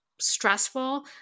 stressful